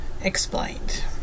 explained